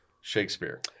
Shakespeare